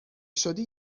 شدی